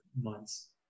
months